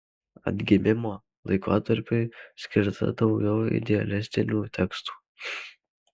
atgimimo laikotarpiui skirta daugiau idealistinių tekstų